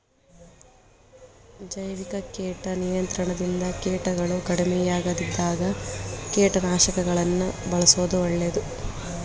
ಜೈವಿಕ ಕೇಟ ನಿಯಂತ್ರಣದಿಂದ ಕೇಟಗಳು ಕಡಿಮಿಯಾಗದಿದ್ದಾಗ ಕೇಟನಾಶಕಗಳನ್ನ ಬಳ್ಸೋದು ಒಳ್ಳೇದು